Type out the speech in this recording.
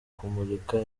kumurika